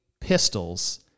pistols